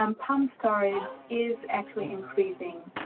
um pump storage is actually increasing.